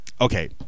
Okay